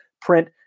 print